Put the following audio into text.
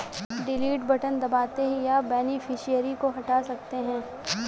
delete button दबाते ही आप बेनिफिशियरी को हटा सकते है